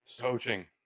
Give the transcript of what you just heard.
coaching